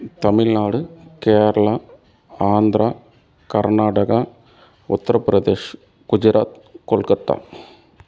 Tamil Nadu Kerala Andhra Karnataka Uttar Pradesh Gujarat Kolkata